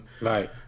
Right